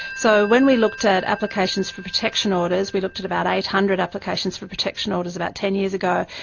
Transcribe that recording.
so when we looked at applications for protection orders we looked at about eight hundred applications for protection orders about ten years ago,